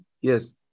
yes